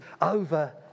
over